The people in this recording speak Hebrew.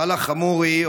סלאח חמורי,